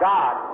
God